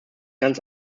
ganz